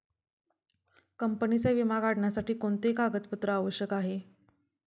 कंपनीचा विमा काढण्यासाठी कोणते कागदपत्रे आवश्यक आहे?